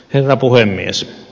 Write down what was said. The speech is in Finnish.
herra puhemies